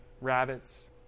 rabbits